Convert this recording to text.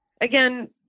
again